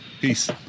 peace